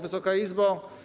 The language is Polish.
Wysoka Izbo!